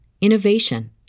innovation